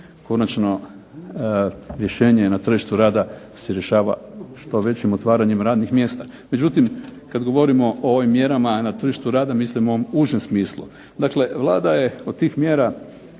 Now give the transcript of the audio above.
konačno rješenje na tržištu rada se rješava što većim otvaranjem radnih mjesta. Međutim, kad govorimo o ovim mjerama na tržištu rada mislim u ovom užem smislu. Dakle, Vlada je od tih mjera